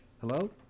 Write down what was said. Hello